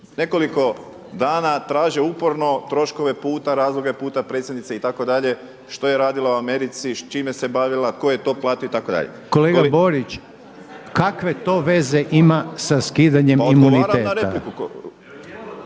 nekoliko dana traže uporno troškove puta, razloge puta predsjednice itd. što je radila u Americi, s čime se bavila, ko je to platio itd. **Reiner, Željko (HDZ)** Kolega Borić, kakve to veze ima sa skidanjem imuniteta?